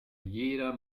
jeder